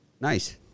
Nice